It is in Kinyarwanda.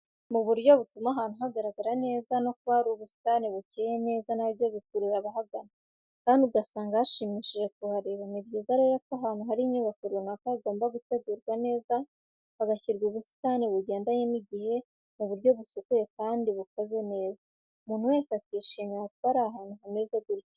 Mu buryo butuma ahantu hagaragara neza no kuba hari ubusitani bukeze neza na byo bikurura abahagana kandi ugasanga hashimishije kuhareba, ni byiza rero ko ahantu hari inyubako runaka hagomba gutegurwa neza hagashyirwa ubusitani bugendanye n'igihe mu buryo busukuye kandi bukoze neza umuntu wese akishimira kuba ari ahantu hameze gutyo.